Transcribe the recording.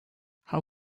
how